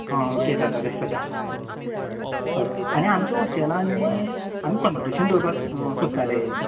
हा ओके जाता तशें जाता हय आनी आमचे हॉस्टॅलान न्ही आमी कंपिटिशन दवरपा स् सोदताले